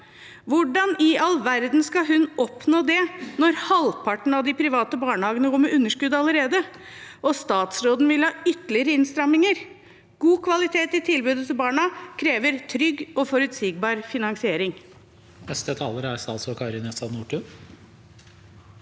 Hvordan i all verden skal hun oppnå det når halvparten av de private barnehagene går med underskudd allerede, og statsråden vil ha ytterligere innstramminger? God kvalitet i tilbudet til barna krever trygg og forutsigbar finansiering.